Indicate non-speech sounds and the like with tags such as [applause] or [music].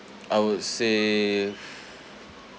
I would say [breath]